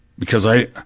because i,